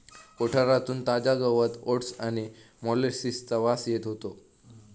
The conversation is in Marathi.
कोठारातून ताजा गवत ओट्स आणि मोलॅसिसचा वास येत होतो